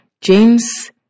James